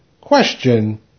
Question